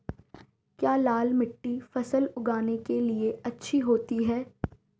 क्या लाल मिट्टी फसल उगाने के लिए अच्छी होती है?